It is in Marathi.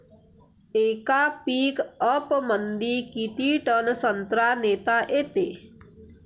येका पिकअपमंदी किती टन संत्रा नेता येते?